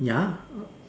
ya